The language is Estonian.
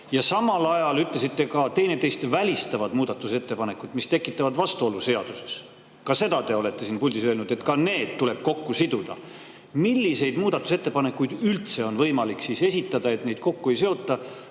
ja samal ajal ütlesite ka, et teineteist välistavad muudatusettepanekud, mis tekitavad seaduses vastuolu. Ka seda olete siit puldist öelnud, et ka need tuleb kokku siduda. Milliseid muudatusettepanekuid üldse on võimalik esitada, et neid kokku ei seotaks,